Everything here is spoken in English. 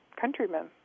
countrymen